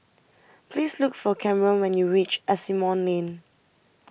please look for Camron when you reach Asimont Lane